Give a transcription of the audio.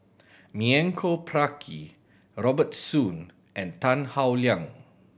Milenko Prvacki Robert Soon and Tan Howe Liang